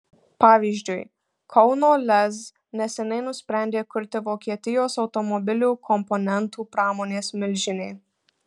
pavyzdžiui kauno lez neseniai nusprendė kurti vokietijos automobilių komponentų pramonės milžinė